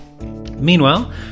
meanwhile